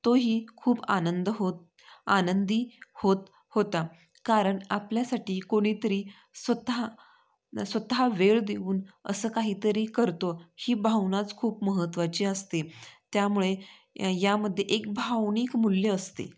तोही खूप आनंद होत आनंदी होत होता कारण आपल्यासाठी कुणीतरी स्वतः स्वतः वेळ देऊन असं काहीतरी करतो ही भावनाच खूप महत्त्वाची असते त्यामुळे ह्यामध्ये एक भावनिक मूल्य असते